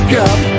up